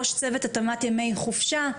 ראש צוות התאמת ימי חופשה,